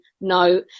No